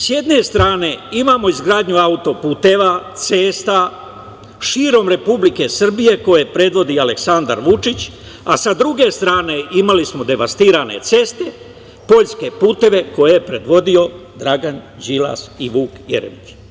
S jedne strane imamo izgradnju auto-puteva, cesta širom Republike Srbije koje predvodi Aleksandar Vučić, a sa druge strane imali smo devastirane ceste, poljske puteve koje je predvodio Dragan Đilas i Vuk Jeremić.